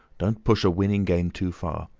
don't push a winning game too far.